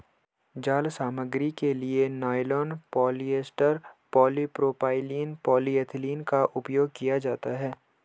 जाल सामग्री के लिए नायलॉन, पॉलिएस्टर, पॉलीप्रोपाइलीन, पॉलीएथिलीन का उपयोग किया जाता है